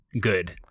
good